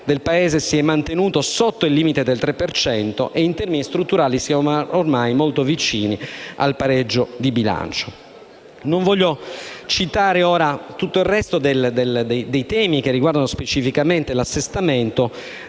del Paese si è mantenuto sotto il limite del 3 per cento e in termini strutturali siamo ormai molto vicini al pareggio di bilancio. Non voglio citare ora tutto il resto dei temi che riguardano specificamente l'Assestamento.